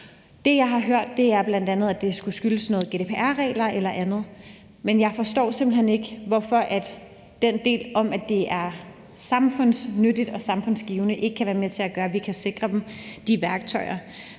Det, jeg har hørt, er bl.a., at det skulle skyldes GDPR-regler eller andet, men jeg forstår simpelt hen ikke, hvorfor den del om, at det er samfundsnyttigt og samfundsgivende, ikke kan være med til at gøre, at vi kan sikre dem de værktøjer.